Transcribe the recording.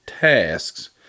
tasks